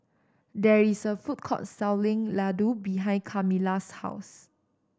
there is a food court selling Ladoo behind Kamila's house